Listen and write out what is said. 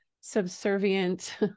subservient